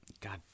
God